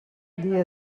dia